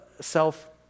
self